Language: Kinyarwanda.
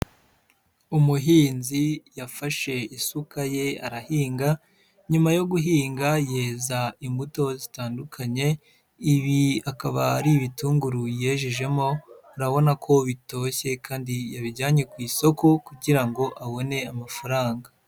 Umuhinzi yafashe isuka ye arahinga, nyuma yo guhinga yeza imbuto zitandukanye, ibi akaba ari ibitunguru yejejemo, urabona ko bitoshye kandi yabijyanye ku isoko kugira ngo abone amafaranga.